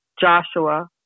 Joshua